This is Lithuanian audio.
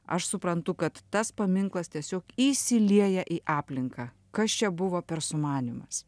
aš suprantu kad tas paminklas tiesiog įsilieja į aplinką kas čia buvo per sumanymas